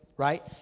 right